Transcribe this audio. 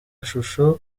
zacu